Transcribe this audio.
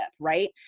right